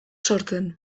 sortzen